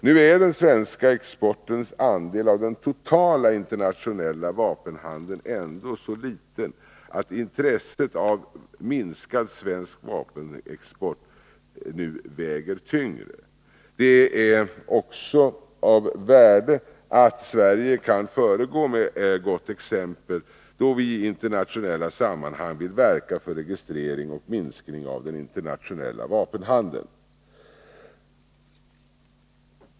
Nu är den svenska exportens andel av den totala internationella vapenhandeln ändå så liten att intresset av en minskad svensk vapenexport nu väger tyngre. Det är också av värde att Sverige kan föregå med gott exempel, då vi i internationella sammanhang nu vill verka för en registrering och minskning av den internationella vapenhandeln.